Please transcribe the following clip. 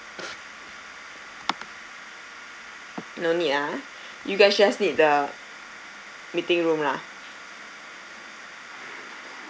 no need ah you guys just need the meeting room lah